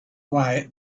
why